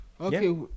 Okay